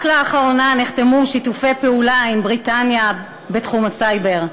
רק לאחרונה נחתמו שיתופי פעולה עם בריטניה בתחום הסייבר,